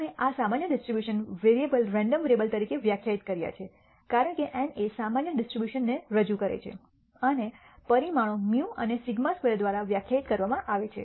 અમે આ સામાન્ય ડિસ્ટ્રિબ્યુશન વેરીએબલ રેન્ડમ વેરિયેબલ તરીકે વ્યાખ્યાયિત કર્યા છે કારણ કે N એ સામાન્ય ડિસ્ટ્રિબ્યુશનને રજૂ કરે છે અને પરિમાણો μ અને σ2 દ્વારા વ્યાખ્યાયિત કરવામાં આવે છે